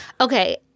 Okay